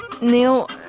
Neil